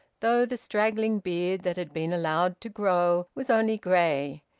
though the straggling beard that had been allowed to grow was only grey.